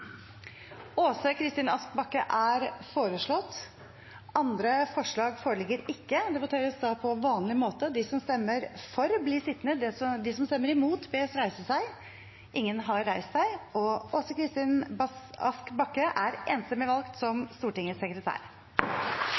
Åse Kristin Ask Bakke . Åse Kristin Ask Bakke er foreslått. – Andre forslag foreligger ikke. Det voteres på vanlig måte. Åse Kristin Ask Bakke er dermed valgt til Stortingets sekretær.